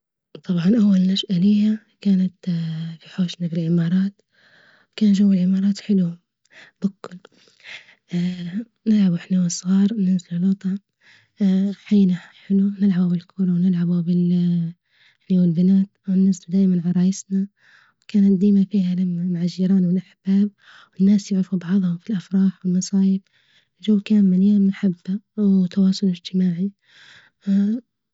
وطبعا كانت أول نشأة ليه كانت في حوشنا بالإمارات، كان جو الإمارات حلو بكن نلعبوا إحنا وصغار وننزلوا لوطة، حينه حنو نلعبوا بالكرة ونلعبوا بال أني والبنات وننزلوا دايما عرايسنا وكانت ديمة فيها لمة مع الجيران والأحباب والناس يعرفون بعظم والمصايب، الجو كان مليان محبة وتواصل إجتماعي.